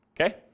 Okay